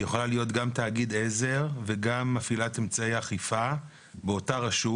יכולה להיות גם תאגיד עזר וגם מפעילת אמצעי אכיפה באותה רשות.